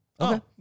Okay